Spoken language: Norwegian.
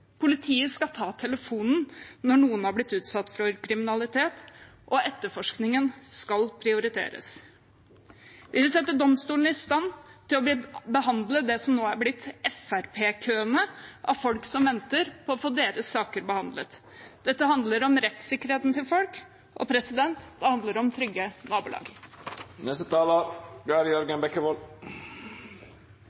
Politiet skal ta telefonen når noen har blitt utsatt for kriminalitet, og etterforskningen skal prioriteres. Vi vil sette domstolene i stand til å behandle det som nå har blitt FrP-køene, av folk som venter på å få sine saker behandlet. Dette handler om rettssikkerheten til folk, og det handler om trygge nabolag.